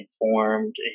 informed